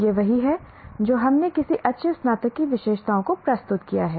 यह वही है जो हमने किसी अच्छे स्नातक की विशेषताओं को प्रस्तुत किया है